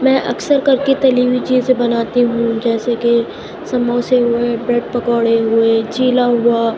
میں اکثر کرکے تلی ہوئی چیزیں بناتی ہوں جیسے کہ سموسے بریڈ پکوڑے ہوئے چھیلا ہوا